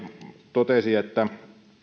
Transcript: totesi että